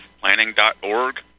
planning.org